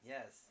Yes